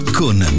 con